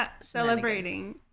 celebrating